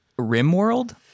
RimWorld